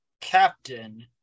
Captain